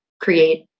create